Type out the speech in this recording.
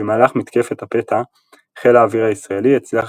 במהלך מתקפת הפתע חיל האוויר הישראלי הצליח